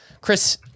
Chris